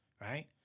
right